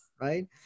Right